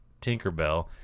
Tinkerbell